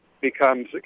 becomes